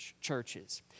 churches